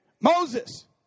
Moses